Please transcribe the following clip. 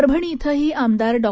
परभणी इथंही आमदार डॉ